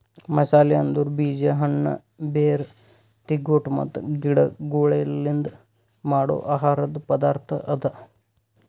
ಮಸಾಲೆ ಅಂದುರ್ ಬೀಜ, ಹಣ್ಣ, ಬೇರ್, ತಿಗೊಟ್ ಮತ್ತ ಗಿಡಗೊಳ್ಲಿಂದ್ ಮಾಡೋ ಆಹಾರದ್ ಪದಾರ್ಥ ಅದಾ